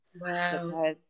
Wow